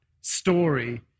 story